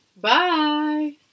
Bye